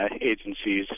agencies